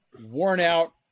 worn-out